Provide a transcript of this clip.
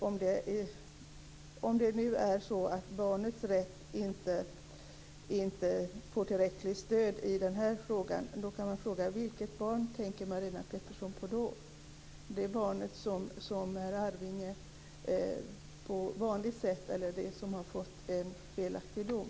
Om det nu är så att barnets rätt inte får tillräckligt stöd i det här fallet kan man fråga: Vilket barn tänker Marina Pettersson på då, det barnet som är arvinge på vanligt sätt eller det som har fått en felaktig dom?